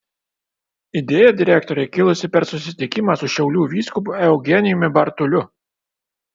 idėja direktorei kilusi per susitikimą su šiaulių vyskupu eugenijumi bartuliu